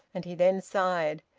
and he then sighed,